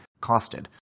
costed